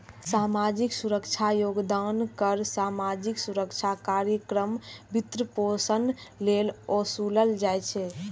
सामाजिक सुरक्षा योगदान कर सामाजिक सुरक्षा कार्यक्रमक वित्तपोषण लेल ओसूलल जाइ छै